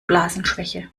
blasenschwäche